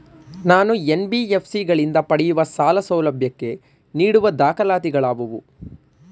ನಾನು ಎನ್.ಬಿ.ಎಫ್.ಸಿ ಗಳಿಂದ ಪಡೆಯುವ ಸಾಲ ಸೌಲಭ್ಯಕ್ಕೆ ನೀಡುವ ದಾಖಲಾತಿಗಳಾವವು?